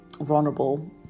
vulnerable